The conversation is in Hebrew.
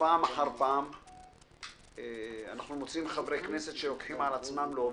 פעם אחר פעם אנחנו מוצאים חברי כנסת שלוקחים על עצמם להוביל.